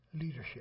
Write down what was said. Leadership